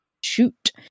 shoot